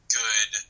good